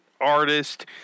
artist